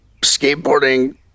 Skateboarding